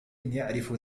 يعرف